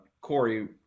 Corey